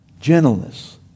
gentleness